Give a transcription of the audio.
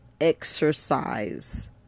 exercise